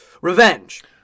Revenge